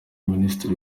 minisitiri